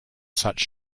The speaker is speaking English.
such